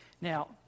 Now